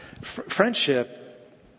Friendship